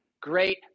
great